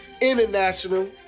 International